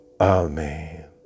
Amen